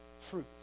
fruit